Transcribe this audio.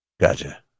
Gotcha